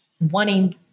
wanting